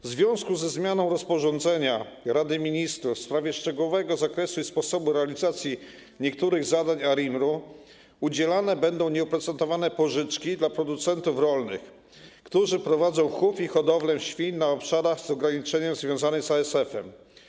W związku ze zmianą rozporządzenia Rady Ministrów w sprawie szczegółowego zakresu i sposobu realizacji niektórych zadań ARiMR udzielane będą nieoprocentowane pożyczki producentom rolnym, którzy prowadzą chów i hodowlę świń na obszarach objętych ograniczeniami związanymi z ASF.